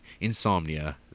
Insomnia